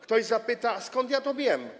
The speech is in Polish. Ktoś zapyta, skąd ja to wiem.